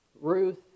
Ruth